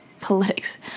politics